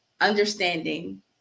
Understanding